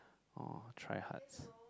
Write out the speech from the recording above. orh try hards